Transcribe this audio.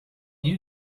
you